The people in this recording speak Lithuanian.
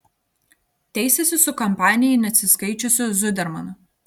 teisėsi su kampanijai neatsiskaičiusiu zudermanu